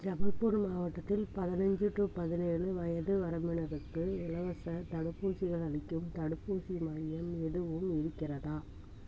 ஜபல்பூர் மாவட்டத்தில் பதினஞ்சு டு பதினேழு வயது வரம்பினருக்கு இலவசத் தடுப்பூசிகள் அளிக்கும் தடுப்பூசி மையம் எதுவும் இருக்கிறதா